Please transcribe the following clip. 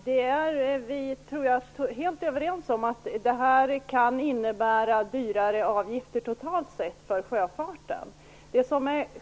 Fru talman! Jag tror att vi är helt överens om att det här kan innebära totalt sett dyrare avgifter för sjöfarten.